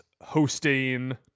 hosting